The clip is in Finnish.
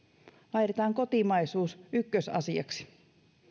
vaihdetaan kotimaisuus ykkösasiaksi